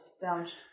damage